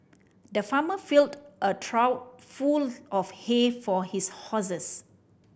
the farmer filled a trough full of hay for his horses